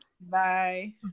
Bye